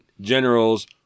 General's